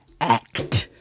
act